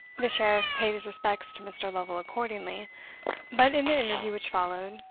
the sheriff paid his respects to mr. lovel accordingly but in the interview which followed,